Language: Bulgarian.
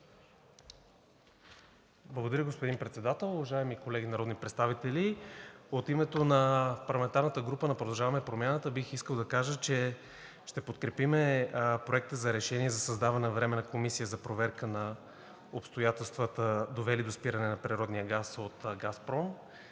Благодаря, господин Председател. Уважаеми колеги народни представители! От името на парламентарната група на „Продължаваме Промяната“ бих искал да кажа, че ще подкрепим Проекта на решение за създаване на Временна комисия за проверка на обстоятелствата, довели до спиране на природния газ от „Газпром“.